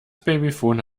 babyphone